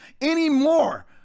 anymore